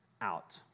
out